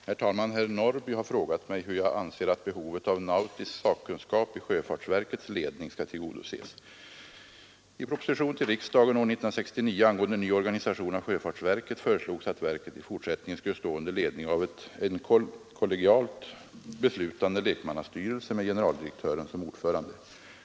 Herr talman! Herr Norrby i Åkersberga har frågat mig hur jag anser att behovet av nautisk sakkunskap i sjöfartsverkets ledning skall tillgodoses. I propositionen till riksdagen år 1969 angående ny organisation av sjöfartsverket föreslogs att verket i fortsättningen skulle stå under ledning av en kollegialt beslutande lekmannastyrelse med generaldirektören som ordförande.